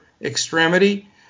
extremity